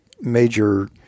major